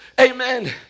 Amen